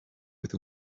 oedd